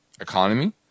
economy